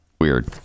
weird